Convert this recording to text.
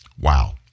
Wow